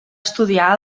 estudiar